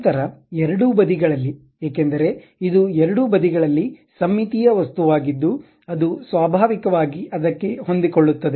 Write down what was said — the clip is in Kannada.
ನಂತರ ಎರಡೂ ಬದಿಗಳಲ್ಲಿ ಏಕೆಂದರೆ ಇದು ಎರಡೂ ಬದಿಗಳಲ್ಲಿ ಸಮ್ಮಿತೀಯ ವಸ್ತುವಾಗಿದ್ದು ಅದು ಸ್ವಾಭಾವಿಕವಾಗಿ ಅದಕ್ಕೆ ಹೊಂದಿಕೊಳ್ಳುತ್ತದೆ